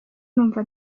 numva